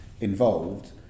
involved